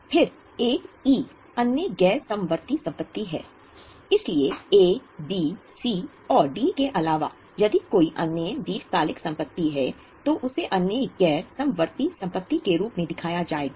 फिर 1 के अलावा यदि कोई अन्य दीर्घकालिक संपत्ति है तो उसे अन्य गैर समवर्ती संपत्ति के रूप में दिखाया जाएगा